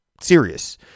serious